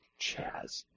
Chaz